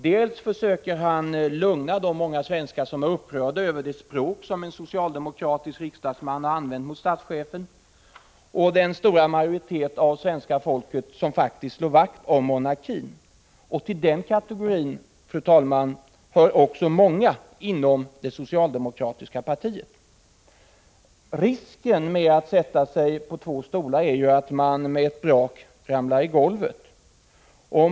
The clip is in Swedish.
Han försöker lugna de många svenskar som är upprörda över det språk som en socialdemokratisk riksdagsman har använt mot statschefen och den stora majoritet av svenska folket som faktiskt slår vakt om monarkin. Till den kategorin hör också många inom det socialdemokratiska partiet, fru talman. Risken med att sätta sig på två stolar är att man med ett brak ramlar i golvet.